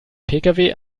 pkw